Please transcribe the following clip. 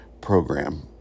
program